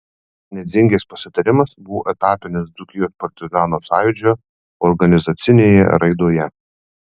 nedzingės pasitarimas buvo etapinis dzūkijos partizanų sąjūdžio organizacinėje raidoje